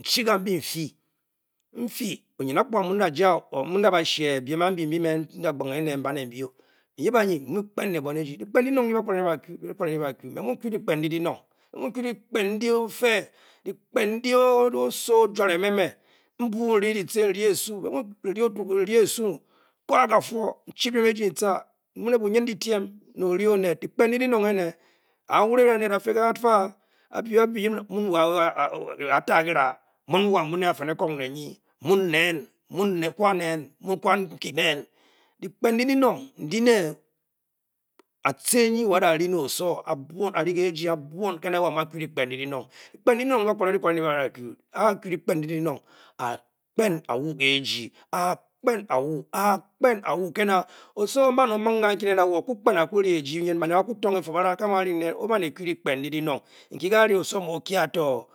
Nchi gambi nfe nfe myen aphorga muno nannapa na phange me mba le mbioh eyep a ye le wane ji me mu di lepkan ndi le ne nor a wan ne ji nchi bem e ji ntah le bo iyen letem ke ole aned abi abi emun wha otah peka pwune afuekon leyen umen ne nmu ana nkenen lepken nde lenor ndele atte mye iwollar he oswuovo osuwor oken or lepkann le bem cho leptuan ndi e mule osowor mtea mu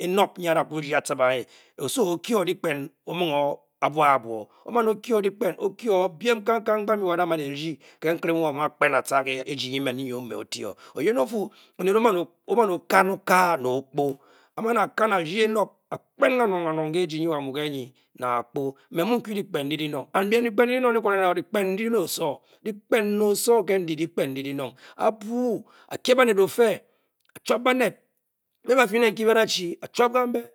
le pken ndi lenor